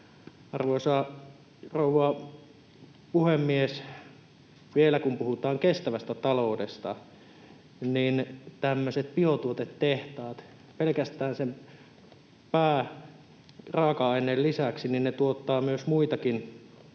Arvoisa rouva puhemies! Vielä, kun puhutaan kestävästä taloudesta, niin tämmöiset biotuotetehtaat pelkästään sen pääraaka-aineen lisäksi tuottavat myös muitakin